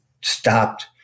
stopped